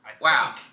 Wow